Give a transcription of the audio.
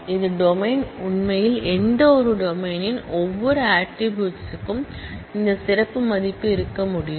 இது டொமைன் உண்மையில் எந்தவொரு டொமைன் ன் ஒவ்வொரு ஆட்ரிபூட்ஸ் க்கும் இந்த சிறப்பு மதிப்பு இருக்க முடியும்